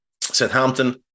Southampton